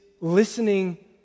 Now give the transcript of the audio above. listening